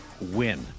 win